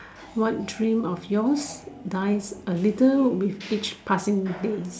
what dream of yours dies a little with each passing day